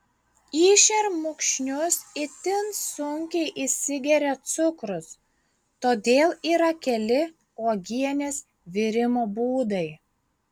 į šermukšnius itin sunkiai įsigeria cukrus todėl yra keli uogienės virimo būdai